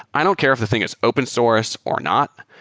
i don't care if the thing is open source or not.